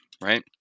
right